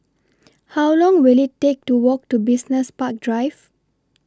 How Long Will IT Take to Walk to Business Park Drive